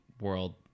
world